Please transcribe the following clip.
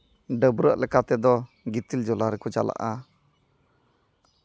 ᱰᱟᱹᱵᱨᱟᱹᱜ ᱞᱮᱠᱟᱛᱮᱫᱚ ᱜᱤᱛᱤᱞ ᱡᱚᱞᱟ ᱨᱮᱠᱚ ᱪᱟᱞᱟᱜᱼᱟ